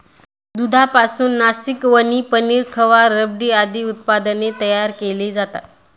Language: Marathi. दुधापासून नासकवणी, पनीर, खवा, रबडी आदी उत्पादने तयार केली जातात